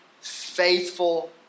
faithful